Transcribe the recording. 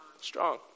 Strong